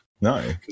No